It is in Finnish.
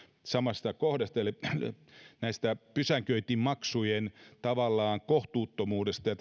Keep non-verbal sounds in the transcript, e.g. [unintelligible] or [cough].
samasta kohdasta eli pysäköintimaksujen tavallaan kohtuuttomuudesta ja [unintelligible]